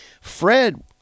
fred